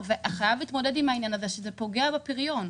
חייבים להתמודד עם העניין הזה, שזה פוגע בפריון.